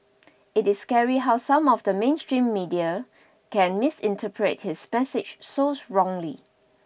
it is scary how some of the mainstream media can misinterpret his message so wrongly